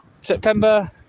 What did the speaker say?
September